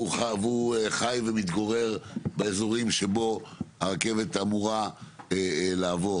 והוא חי ומתגורר באזורים שבהם הרכבת אמורה לעבור,